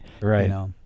Right